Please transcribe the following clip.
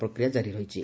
ପ୍ରକ୍ରିୟା ଜାରି ରହିଛି